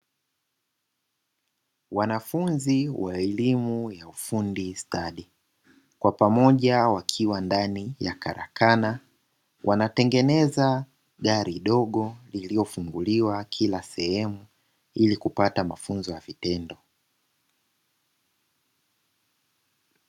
Wanafunzi wa elimu ya ufundi stadi, kwa pamoja wakiwa ndani ya karakana, wanatengeneza gari dogo lililofunguliwa kila sehemu ili kupata mafunzo ya vitendo.